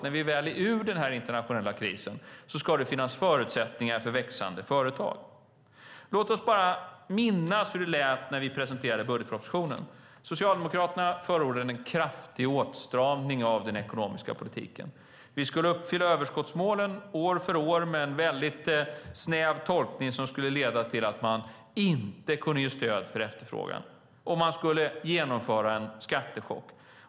När vi väl är ur den internationella krisen ska det finnas förutsättningar för växande företag. Låt oss minnas hur det lät när vi presenterade budgetpropositionen. Socialdemokraterna förordade en kraftig åtstramning av den ekonomiska politiken. Vi skulle uppfylla överskottsmålen år för år med en väldigt snäv tolkning som skulle leda till att man inte kunde ge stöd för efterfrågan, och man skulle genomföra en skattechock.